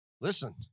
Listen